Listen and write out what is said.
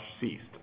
ceased